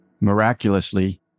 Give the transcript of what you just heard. Miraculously